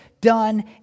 done